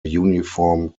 uniform